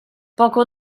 poco